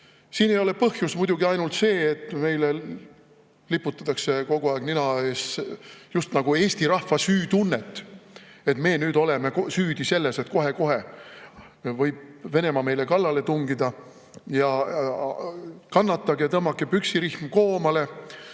Siin ei ole põhjus muidugi ainult see, et meile liputatakse kogu aeg nina ees just nagu Eesti rahva süütunnet, et meie oleme süüdi selles, et kohe-kohe võib Venemaa meile kallale tungida, kannatage, tõmmake püksirihm koomale,